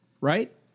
Right